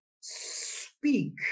speak